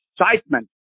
excitement